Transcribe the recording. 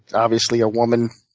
obviously a woman